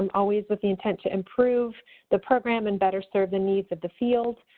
um always with the intent to improve the program and better serve the needs of the field.